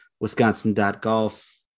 Wisconsin.golf